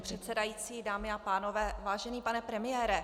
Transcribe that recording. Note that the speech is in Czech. Paní předsedající, dámy a pánové, vážený pane premiére.